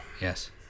Yes